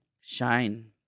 shine